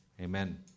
Amen